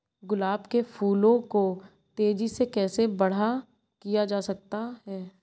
गुलाब के फूलों को तेजी से कैसे बड़ा किया जा सकता है?